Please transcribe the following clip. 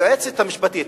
היועצת המשפטית,